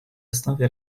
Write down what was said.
основе